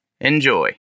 Enjoy